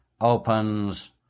opens